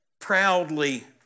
proudly